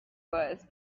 was